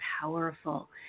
powerful